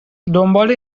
دنبال